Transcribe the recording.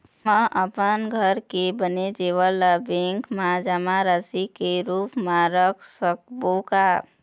म अपन घर के बने जेवर ला बैंक म जमा राशि के रूप म रख सकबो का?